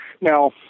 Now